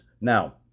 Now